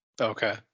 Okay